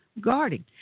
guarding